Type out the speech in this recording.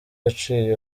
yaciye